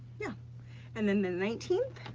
yeah and then the nineteenth,